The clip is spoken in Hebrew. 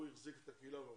הוא החזיק את הקהילה ממש.